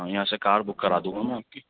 ہاں یہاں سے کار بک کرا دوں گا میں آپ کی